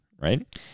right